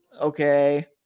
okay